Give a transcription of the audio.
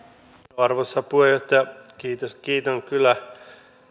arvoisa puheenjohtaja kiitän kyllä